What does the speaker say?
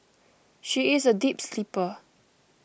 she is a deep sleeper